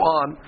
on